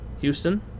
Houston